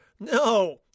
No